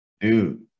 Dude